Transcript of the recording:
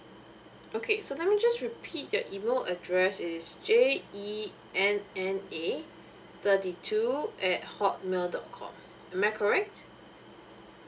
okay so let me just repeat your email address it's j e n n a thirty two at hotmail dot com am I correct